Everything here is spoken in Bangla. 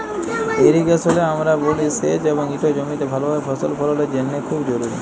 ইরিগেশলে আমরা বলি সেঁচ এবং ইট জমিতে ভালভাবে ফসল ফললের জ্যনহে খুব জরুরি